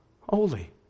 Holy